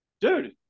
dude